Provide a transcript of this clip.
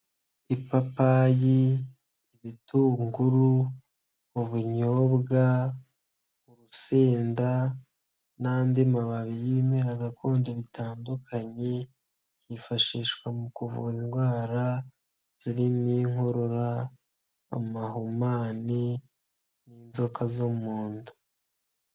Ipapayi, ibitunguru, ubunyobwa, urusenda n'andi mababi y'ibimera gakondo bitandukanye byifashishwa mu kuvura indwara, zirimo inkorora, amahumane n'inzoka zo mu nda.